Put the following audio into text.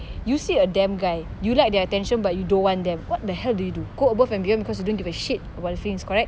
you see a damn guy you like their attention but you don't want them what the hell do you do go above and beyond because you don't give a shit about the feelings correct